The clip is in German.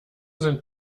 sind